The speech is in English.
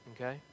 Okay